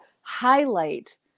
highlight